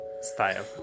style